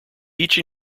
each